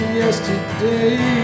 yesterday